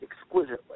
exquisitely